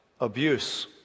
abuse